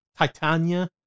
Titania